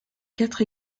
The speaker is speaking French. quatre